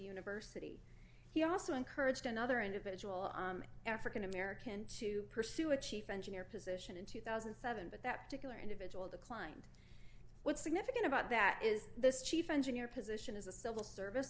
university he also encouraged another individual african american to pursue a chief engineer position in two thousand and seven but that particular individual declined what's significant about that is this chief engineer position is a civil service